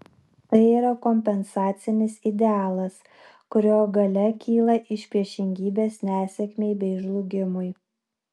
tai yra kompensacinis idealas kurio galia kyla iš priešingybės nesėkmei bei žlugimui